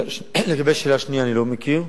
לגבי השאלה השנייה, אני לא מכיר.